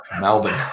Melbourne